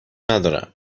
ندارم